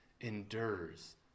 endures